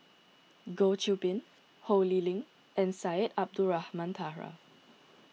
Goh Qiu Bin Ho Lee Ling and Syed Abdulrahman Taha